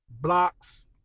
blocks